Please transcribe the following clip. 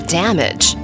damage